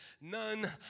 none